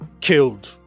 killed